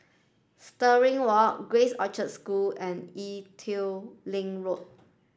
Stirling Walk Grace Orchard School and Ee Teow Leng Road